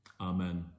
Amen